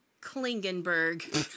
Klingenberg